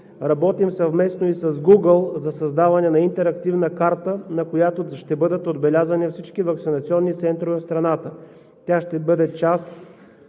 Работим съвместно и с Google за създаване на интерактивна карта, на която ще бъдат отбелязани всички ваксинационни центрове в страната. Тя ще бъде част